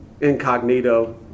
incognito